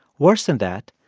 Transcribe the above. worse than that,